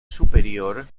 superior